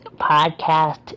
podcast